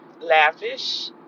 lavish